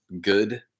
good